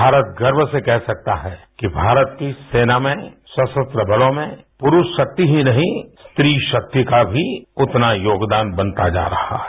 भारत गर्व से कह सकता है कि भारत की सेना में समास्त्र बलों में पुरुष शक्ति ही नहीं स्ट्री शक्ति का भी उतना योगदान बनता जा रहा है